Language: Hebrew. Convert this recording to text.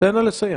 תן לה לסיים.